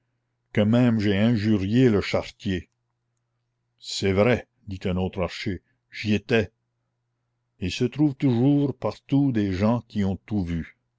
que même j'ai injurié le charretier c'est vrai dit un autre archer j'y étais il se trouve toujours partout des gens qui ont tout vu